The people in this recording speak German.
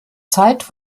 zeit